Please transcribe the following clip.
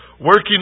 working